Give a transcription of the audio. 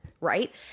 right